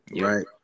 right